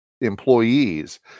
employees